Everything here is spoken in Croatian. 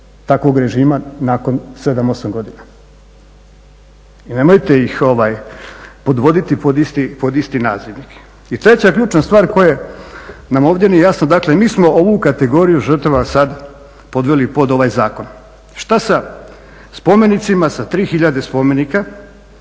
takvog režima nakon 7-8 godina. I nemojte ih podvoditi pod isti nazivnik. I treća ključna stvar koja nam ovdje nije jasna, dakle mi smo ovu kategoriju žrtava sad podveli pod ovaj zakon. Šta sa spomenicima, sa 3000 spomenika